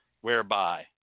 whereby